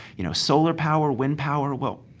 you know, solar power, wind power. well,